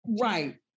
Right